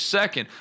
second